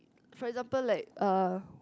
for example like uh